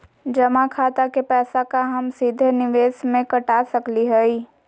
जमा खाता के पैसा का हम सीधे निवेस में कटा सकली हई?